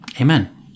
Amen